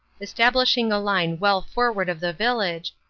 establishing a line well forward of the village,